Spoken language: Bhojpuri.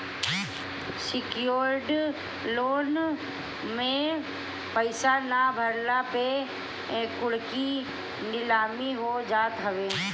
सिक्योर्ड लोन में पईसा ना भरला पे कुड़की नीलामी हो जात हवे